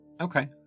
Okay